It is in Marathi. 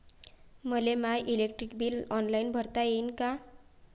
मले माय इलेक्ट्रिक बिल ऑनलाईन भरता येईन का?